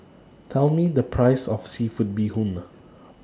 Tell Me The Price of Seafood Bee Hoon